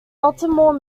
baltimore